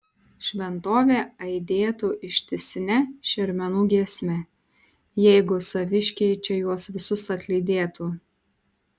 šventovė aidėtų ištisine šermenų giesme jeigu saviškiai čia juos visus atlydėtų